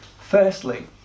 Firstly